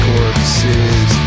Corpses